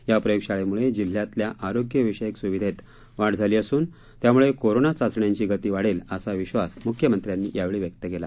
या प्रयोगशाळेमुळे जिल्ह्यातल्या आरोग्यविषयक सुविधेत वाढ झाली असून त्यामुळे कोरोना चाचण्यांची गती वाढेल असा विश्वास मुख्यमंत्र्यांनी यावेळी व्यक्त केला